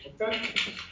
Okay